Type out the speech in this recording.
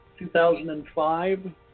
2005